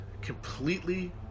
completely